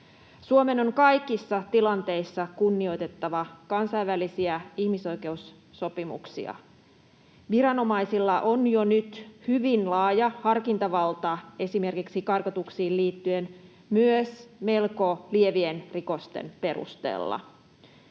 Suomen on kaikissa tilanteissa kunnioitettava kansainvälisiä ihmisoikeussopimuksia. Viranomaisilla on jo nyt hyvin laaja harkintavalta esimerkiksi karkotuksiin liittyen, myös melko lievien rikosten perusteella.